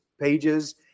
pages